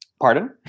Pardon